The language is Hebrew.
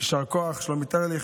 יישר כוח לשלומית ארליך,